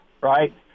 right